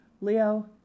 Leo